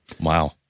Wow